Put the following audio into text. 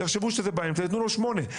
יחשבו שזה באמצע יתנו לו שמונה.